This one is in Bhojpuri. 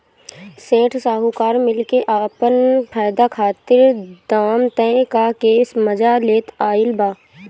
सेठ साहूकार मिल के आपन फायदा खातिर दाम तय क के मजा लेत आइल बा